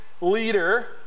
leader